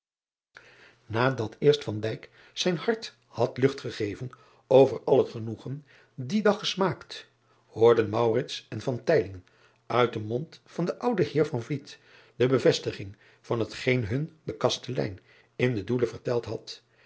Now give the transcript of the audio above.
adat eerst zijn hart had lucht gegeven over al het genoegen dien dag gesmaakt hoorden en uit den mond van den ouden eer de bevestiging van hetgeen hun de kastelein in den oelen verteld had